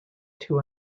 two